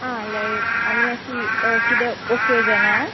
आ लायक आनी अशी कितें ओकेजनाक